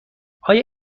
آیا